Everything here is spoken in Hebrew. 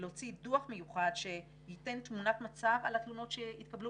להוציא דוח מיוחד שייתן תמונת מצב על התלונות שהתקבלו